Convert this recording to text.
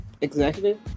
Executive